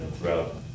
throughout